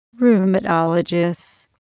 rheumatologists